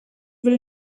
will